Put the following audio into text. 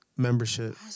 membership